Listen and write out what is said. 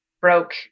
broke